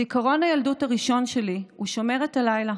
זיכרון הילדות הראשון שלי הוא שומרת הלילה